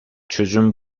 çözüm